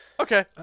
Okay